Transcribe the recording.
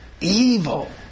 evil